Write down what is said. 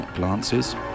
glances